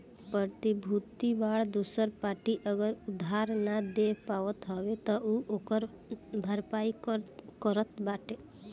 प्रतिभूति बांड दूसर पार्टी अगर उधार नाइ दे पावत हवे तअ ओकर भरपाई करत बाटे